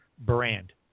brand